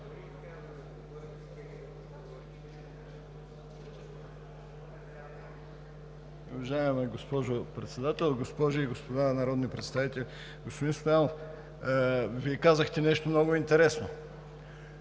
Уважаема госпожо Председател, госпожи и господа народни представители! Господин Стоянов, казахте нещо много интересно: